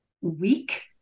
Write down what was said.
weak